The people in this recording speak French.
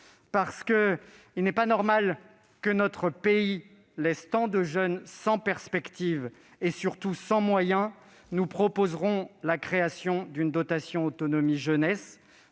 Parce qu'il n'est pas normal que notre pays laisse tant de jeunes sans perspectives et surtout sans moyens, nous proposerons la création d'une dotation « autonomie jeunesse